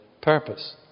purpose